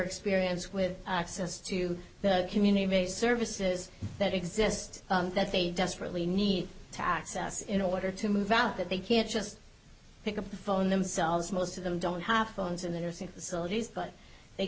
experience with access to the community services that exist that they desperately need to access in order to move out that they can't just pick up the phone themselves most of them don't have phones in the